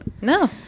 no